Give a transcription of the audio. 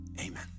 Amen